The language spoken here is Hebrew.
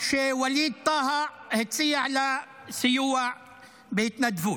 שווליד טאהא הציע לה סיוע בהתנדבות.